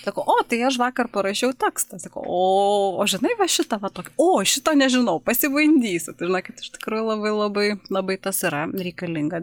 sakau o tai aš vakar parašiau tekstą sakau o o žinai va šitą va tokį o šito nežinau pasibandysiu pirmąkart iš tikrųjų labai labai labai tas yra reikalinga